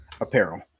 apparel